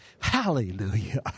Hallelujah